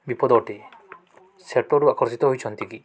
ବିପଦ ଅଟେ ସେପଟୁ ଆକର୍ଷିତ ହୋଇଛନ୍ତି କି